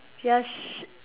just